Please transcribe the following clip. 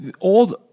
old